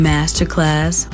Masterclass